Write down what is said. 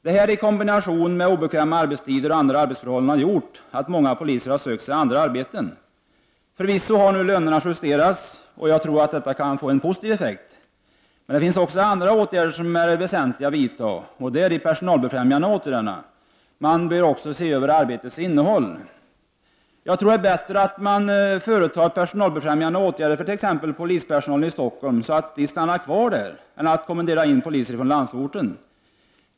Detta i kombination med obekväma arbetstider och andra arbetsförhållanden har gjort att många poliser sökt sig andra arbeten. Förvisso har nu lönerna justerats, vilket kan komma att ha en positiv effekt. Det finns också andra åtgärder som är väsentliga att vidta, och det är de personalbefrämjande åtgärderna. Man bör också se över arbetets innehåll. Jag tror att det är bättre att vidta personalbefrämjande åtgärder för t.ex. polispersonalen i Stockholm, så att den stannar kvar där, än att kommendera in poliser från landsorten.